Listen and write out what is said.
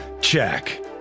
Check